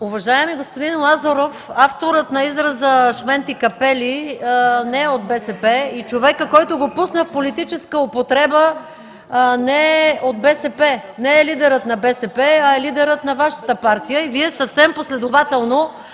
Уважаеми господин Лазаров, авторът на израза „шменти-капели” не е от БСП и човекът, който го пусна в политическа употреба не е от БСП, не е лидерът на БСП, а е лидерът на Вашата партия. Вие съвсем последователно